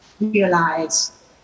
realize